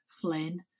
Flynn